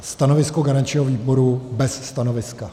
Stanovisko garančního výboru: bez stanoviska.